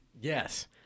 Yes